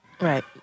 Right